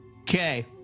Okay